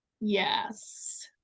yes